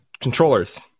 controllers